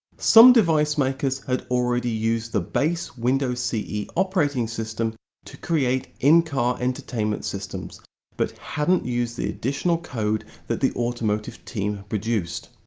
some device makers had already used the base windows ce operating system to create in-car entertainment systems but hadn't used the additional code that the automotive team produced.